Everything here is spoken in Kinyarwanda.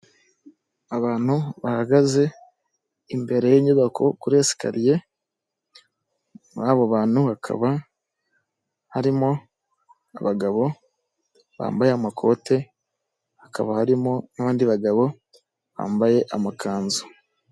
Abantu bahagaze imbere y'inyubako kuri esikariye. Muri abo bantu hakaba harimo abagabo bambaye amakote, hakaba harimo n'abandi bagabo bambaye amakanzu.